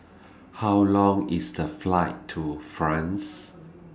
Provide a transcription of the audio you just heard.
How Long IS The Flight to France